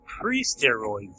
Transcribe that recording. pre-steroids